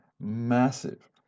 massive